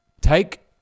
take